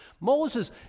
Moses